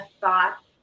thought